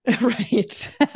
Right